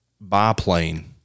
biplane